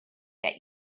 get